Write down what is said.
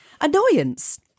Annoyance